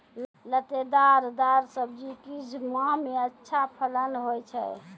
लतेदार दार सब्जी किस माह मे अच्छा फलन होय छै?